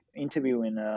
interviewing